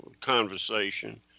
conversation